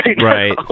Right